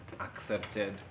accepted